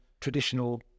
traditional